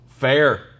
Fair